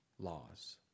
laws